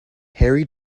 harry